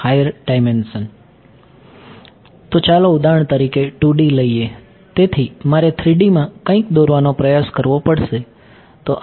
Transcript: તેથી મારે 3D માં કંઈક દોરવાનો પ્રયાસ કરવો પડશે